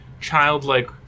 childlike